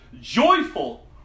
joyful